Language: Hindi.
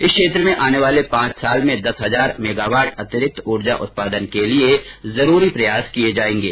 इस क्षेत्र में आने वाले पांच साल में दस हजार मेगावाट अतिरिक्त ऊर्जा उत्पादन के लिए जरूरी प्रयास किए जाएंगे